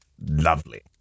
lovely